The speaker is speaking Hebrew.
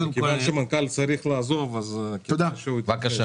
כיוון שהמנכ"ל צריך לעזוב, כדאי שהוא יתייחס.